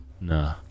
Nah